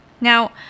Now